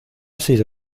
sido